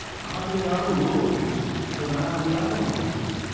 are there other worlds that are the other ways?